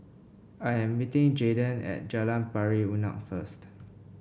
I'm meeting Jaydon at Jalan Pari Unak first